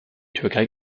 türkei